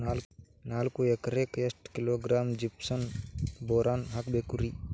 ನಾಲ್ಕು ಎಕರೆಕ್ಕ ಎಷ್ಟು ಕಿಲೋಗ್ರಾಂ ಜಿಪ್ಸಮ್ ಬೋರಾನ್ ಹಾಕಬೇಕು ರಿ?